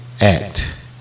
act